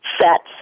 sets